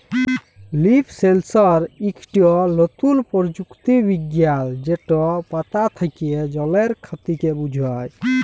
leaf সেলসর ইকট লতুল পরযুক্তি বিজ্ঞাল যেট পাতা থ্যাকে জলের খতিকে বুঝায়